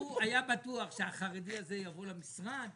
הוא היה בטוח שהחרדי הזה יבוא למשרד,